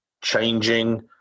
changing